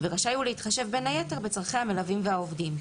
ורשאי הוא להתחשב בין היתר בצורכי המלווים והעובדים.